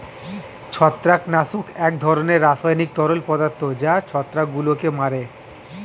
ছত্রাকনাশক এক ধরনের রাসায়নিক তরল পদার্থ যা ছত্রাকগুলোকে মারে